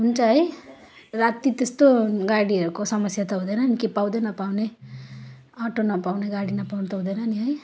हुन्छ है राति त्यस्तो गाडीहरूको समस्या त हुँदैन नि कि पाउँदै नपाउने अटो नपाउने गाडी नपाउने त हुँदैन नि है